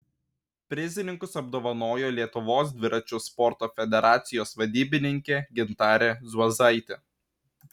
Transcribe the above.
prizininkus apdovanojo lietuvos dviračių sporto federacijos vadybininkė gintarė zuozaitė